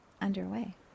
underway